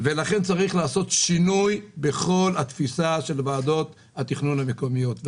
לכן צריך לעשות שינוי בכל התפיסה של ועדות התכנון המקומיות.